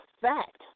fact